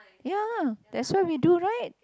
ya that's what we do right